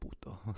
puto